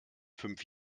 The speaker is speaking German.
fünf